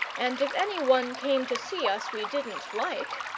and if anyone came to see us we didn't like,